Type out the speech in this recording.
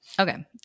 Okay